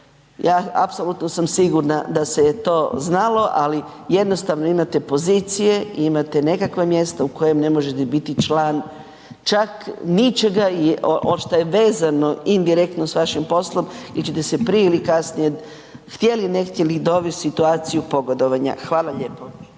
ja apsolutno sam sigurna da se je to znalo, ali jednostavno imate pozicije i imate nekakva mjesta u kojem ne možete biti član čak ničega i što je vezano indirektno s vašim poslom jer ćete se prije ili kasnije htjeli ili ne htjeli dovesti u situaciju pogodovanja. Hvala lijepo.